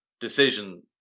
decision